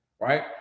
Right